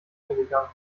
umgegangen